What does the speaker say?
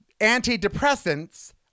antidepressants